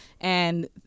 and-